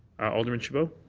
alderman chabot?